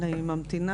אני ממתינה,